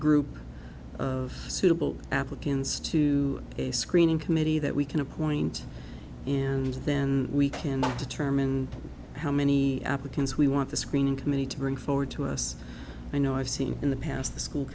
group of suitable applicants to a screening committee that we can appoint and then we can determine how many applicants we want the screening committee to bring forward to us i know i've seen in the past the school